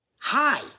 Hi